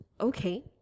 Okay